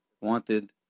wanted